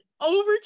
over